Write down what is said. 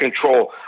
control